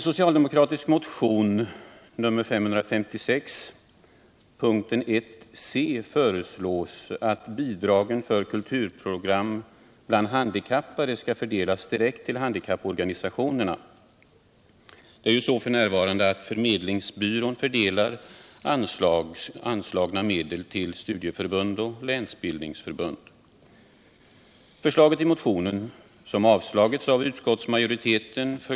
Jag tycker att det är en omotiverad, för att inte säga olycklig, kategorisering som motionärerna här eftersträvar.